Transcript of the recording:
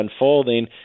unfolding